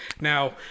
Now